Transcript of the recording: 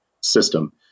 system